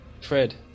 Fred